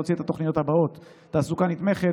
להוציא את התוכניות הבאות: תעסוקה נתמכת,